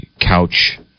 couch-